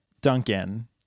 duncan